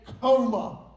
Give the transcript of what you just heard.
coma